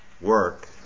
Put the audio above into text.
Work